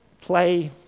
play